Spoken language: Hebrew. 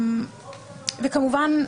כמובן,